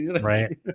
right